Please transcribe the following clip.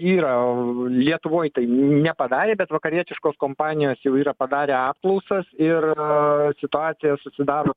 yra lietuvoj tai nepadarė bet vakarietiškos kompanijos jau yra padarę apklausas ir situacija susidaro